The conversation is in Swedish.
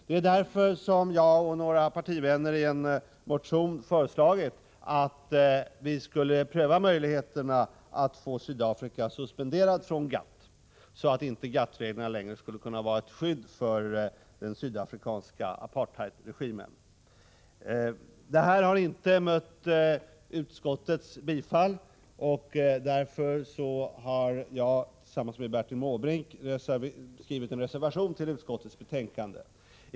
Det är därför som jag och några partivänner i en motion föreslagit att vi skulle pröva möjligheterna att få Sydafrika suspenderat från GATT, så att inte GATT-reglerna längre skulle kunna vara ett skydd för den sydafrikanska apartheidregimen. Detta har inte mött utskottets bifall, och därför har jag tillsammans med Bertil Måbrink skrivit en reservation till utskottets betänkande.